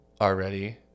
already